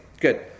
good